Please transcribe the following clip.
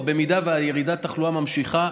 במידה שהירידה בתחלואה נמשכת,